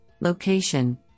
Location